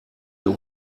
wir